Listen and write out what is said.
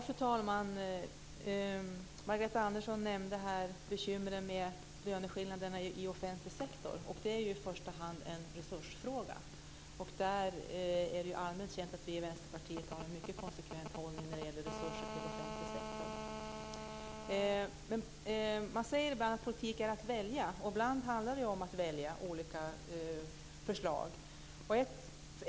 Fru talman! Margareta Andersson nämnde bekymren med löneskillnaderna i offentlig sektor. Det är i första hand en resursfråga, och det är ju allmänt känt att vi i Vänsterpartiet har en mycket konsekvent hållning när det gäller resurser till offentlig sektor. Man säger ibland att politik är att välja. Ibland handlar det om att välja olika förslag.